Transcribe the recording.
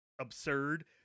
absurd